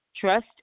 trust